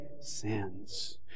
sins